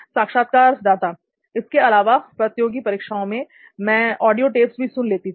साक्षात्कारदाता इसके अलावा प्रतियोगी परीक्षाओं में मैं ऑडियो टेप्स भी सुन लेती थी